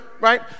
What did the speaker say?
Right